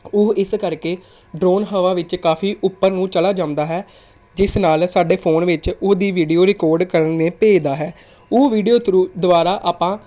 ਉਹ ਇਸ ਕਰਕੇ ਡਰੋਨ ਹਵਾ ਵਿੱਚ ਕਾਫ਼ੀ ਉੱਪਰ ਨੂੰ ਚਲਾ ਜਾਂਦਾ ਹੈ ਜਿਸ ਨਾਲ ਸਾਡੇ ਫੋਨ ਵਿੱਚ ਉਹਦੀ ਵੀਡੀਓ ਰਿਕਾਰਡ ਕਰਨ ਭੇਜਦਾ ਹੈ ਉਹ ਵੀਡੀਓ ਥਰੁ ਦੁਆਰਾ ਆਪਾਂ